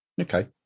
Okay